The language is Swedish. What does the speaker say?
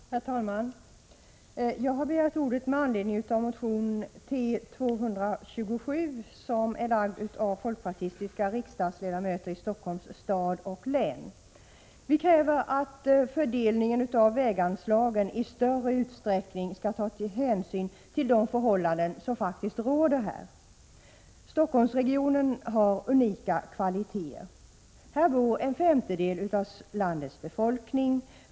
Herr talman! Jag har begärt ordet med anledning av motion T227 av folkpartistiska riksdagsledamöter i Stockholms stad och Stockholms län. Vi kräver att man vid fördelningen av väganslagen i större utsträckning skall ta hänsyn till de faktiska förhållanden som råder här. Stockholmsregionen har unika kvaliteter. Här bor en femtedel av landets befolkning.